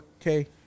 Okay